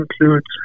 includes